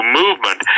movement